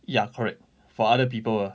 ya correct for other people ah